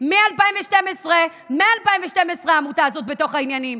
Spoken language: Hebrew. מ-2012 העמותה הזאת בתוך העניינים.